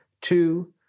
Two